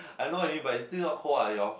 I know it but is still not cold ah you all